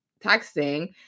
texting